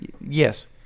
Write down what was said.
yes